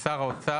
שר האוצר,